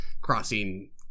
crossing